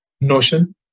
Notion